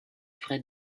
frais